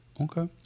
Okay